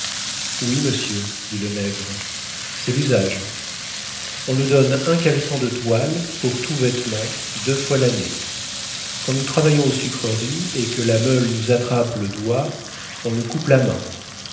oui monsieur dit le nègre c'est l'usage on nous donne un caleçon de toile pour tout vêtement deux fois l'année quand nous travaillons aux sucreries et que la meule nous attrape le doigt on nous coupe la main